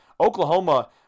Oklahoma